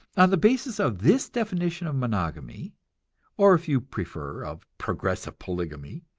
on the basis of this definition of monogamy or, if you prefer, of progressive polygamy